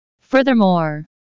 Furthermore